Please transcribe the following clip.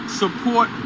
support